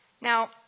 Now